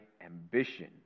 ambition